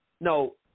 No